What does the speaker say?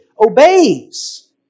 obeys